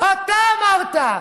אתה אמרת.